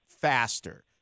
faster